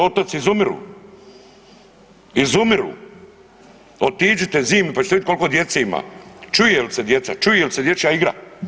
Otoci izumiru, izumiru, otiđite zimi, pa ćete vidit koliko djece ima, čuje li se djeca, čuje li se dječja igra?